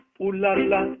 ooh-la-la